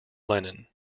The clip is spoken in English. lenin